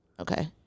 okay